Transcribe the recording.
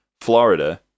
Florida